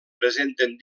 presenten